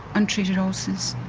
untreated ulcers.